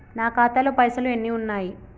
నా ఖాతాలో పైసలు ఎన్ని ఉన్నాయి?